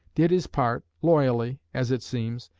did his part, loyally, as it seems,